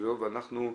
אז ככה,